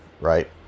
right